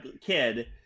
kid